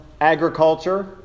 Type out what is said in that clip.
agriculture